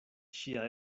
ŝia